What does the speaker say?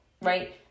right